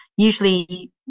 usually